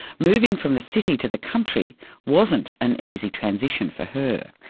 moving from the city to the country wasn't an easy transition for her.